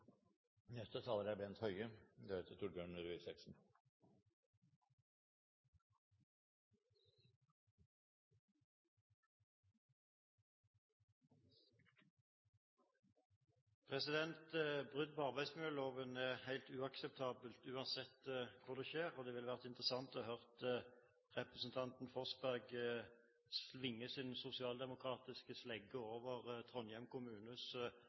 Brudd på arbeidsmiljøloven er helt uakseptabelt, uansett hvor det skjer. Det ville vært interessant å høre representanten Forsberg svinge sin sosialdemokratiske slegge over Trondheim kommunes